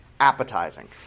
appetizing